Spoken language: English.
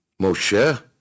Moshe